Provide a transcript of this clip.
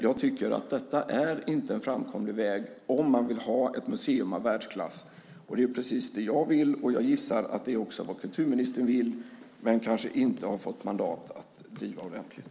Jag tycker att detta inte är en framkomlig väg om man vill ha ett museum av världsklass. Det är precis det som jag vill, och jag gissar att det också är vad kulturministern vill men kanske inte fått mandat att driva ordentligt.